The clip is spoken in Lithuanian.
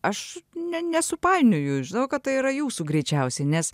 aš ne ne nesupainioju žinau kad tai yra jūsų greičiausiai nes